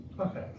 okay